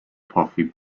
puffy